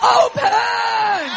open